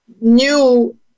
new